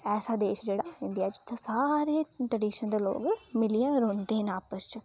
इक ऐसा देश जेह्ड़ा इंडिया जित्थें सारे ट्रेडिशन दे लोक च मिलियै रौहंदे न आपस च